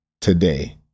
today